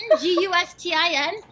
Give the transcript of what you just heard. G-U-S-T-I-N